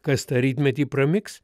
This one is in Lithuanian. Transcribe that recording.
kas tą rytmetį pramigs